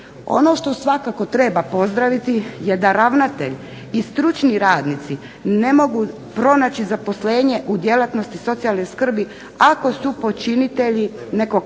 Ono što svakako treba pozdraviti je da ravnatelj i stručni radnici ne mogu pronaći zaposlenje u djelatnosti socijalne skrbi ako su počinitelji nekog